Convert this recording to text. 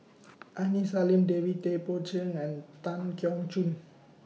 Aini Salim David Tay Poey Cher and Tan Keong Choon